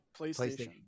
PlayStation